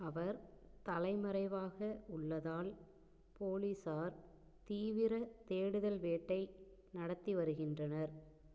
அவர் தலைமறைவாக உள்ளதால் போலீசார் தீவிர தேடுதல் வேட்டை நடத்தி வருகின்றனர்